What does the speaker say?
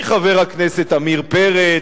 מחבר הכנסת עמיר פרץ,